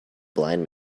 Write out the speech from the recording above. blind